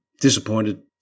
disappointed